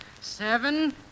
seven